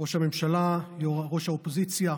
ראש הממשלה, ראש האופוזיציה,